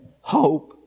hope